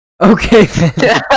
Okay